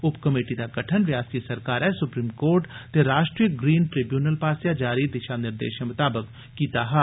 उपकमेटी दा गठन रियासती सरकारै सुप्रीम कोर्ट ते राश्ट्रीय ग्रीन ट्रिव्यूनल पासेया जारी दिषा निर्देष मताबक कीता हा